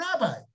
rabbi